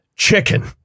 chicken